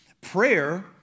Prayer